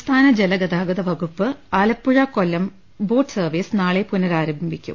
സംസ്ഥാന ജലഗതാഗത വകുപ്പിന്റെ ആലപ്പുഴ കൊല്ലം ബോട്ട് സർവ്വീസ് നാളെ പുനരാരംഭിക്കും